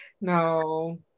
No